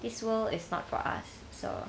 this world is not for us so